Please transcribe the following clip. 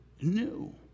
new